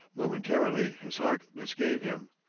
momentarily his heart misgave him,